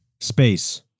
space